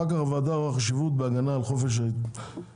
הוועדה רואה חשיבות בהגנה על התקשורת,